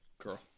Girl